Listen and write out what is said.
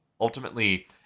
ultimately